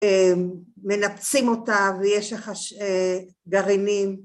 מנפצים אותה ויש לך גרעינים.